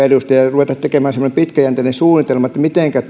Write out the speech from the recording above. edustaja ja ruveta tekemään semmoista pitkäjänteistä suunnitelmaa mitenkä